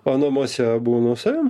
o namuose būnu savim